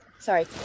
Sorry